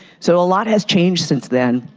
so a lot has changed since then.